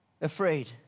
afraid